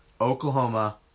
Oklahoma